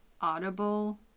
audible